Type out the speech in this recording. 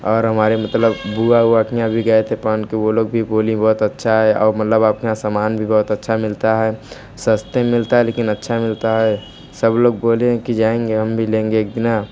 और हमारे मतलब बुआ वूआ के यहाँ भी गए थे पहन के वो लोग भी बोलीं बहुत अच्छा है और मतलब आप के यहाँ समान भी बहुत अच्छा मिलता है सस्ते में मिलता है लेकिन अच्छा मिलता है सब लोग बोलें कि जाएंगे हम भी लेंगे एक दिन